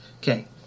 Okay